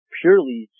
purely